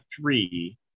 three